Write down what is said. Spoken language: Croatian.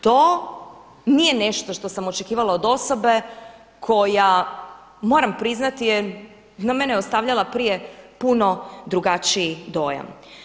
To nije nešto što sam očekivala od osobe koja moram moram priznati je na mene ostavljala prije puno drugačiji dojam.